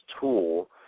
tool